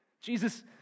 Jesus